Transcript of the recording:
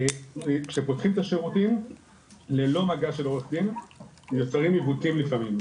כשפותחים את השירותים ללא מגע של עורך דין יוצרים עיוותים לפעמים,